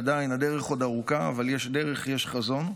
עדיין, הדרך עוד ארוכה אבל יש דרך, יש חזון.